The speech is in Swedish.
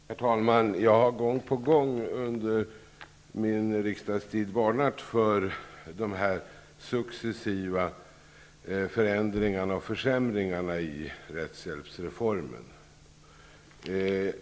Herr talman! Jag har gång på gång under min riksdagstid varnat för de successiva förändringarna och försämringarna i rättshjälpsreformen.